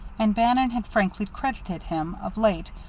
and bannon had frankly credited him, of late,